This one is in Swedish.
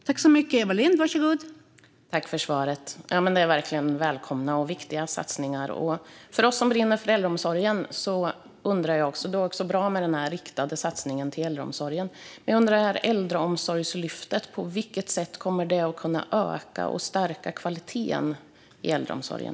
Fru talman! Detta är verkligen välkomna och viktiga satsningar. För oss som brinner för äldreomsorgen låter det bra med den riktade satsningen på äldreomsorgen. Men jag undrar på vilket sätt Äldreomsorgslyftet kommer att kunna stärka kvaliteten i äldreomsorgen?